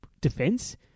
defense